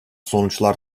sonuçlar